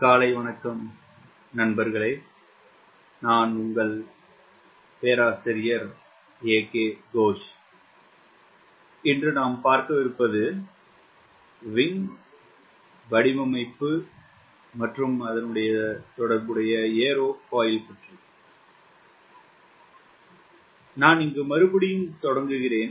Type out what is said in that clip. காலை வணக்கம் நண்பர்களே நாம் மறுபடியும் தொடர்கிறோம்